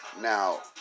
Now